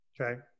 Okay